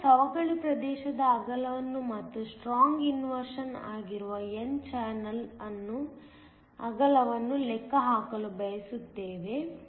ನಾವು ಸವಕಳಿ ಪ್ರದೇಶದ ಅಗಲವನ್ನು ಮತ್ತು ಸ್ಟ್ರಾಂಗ್ ಇನ್ವರ್ಶನ್ ಆಗಿರುವ n ಚಾನೆಲ್ನ ಅಗಲವನ್ನು ಲೆಕ್ಕ ಹಾಕಲು ಬಯಸುತ್ತೇವೆ